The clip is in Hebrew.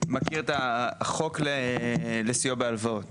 מכיר את החוק לסיוע בהלוואות.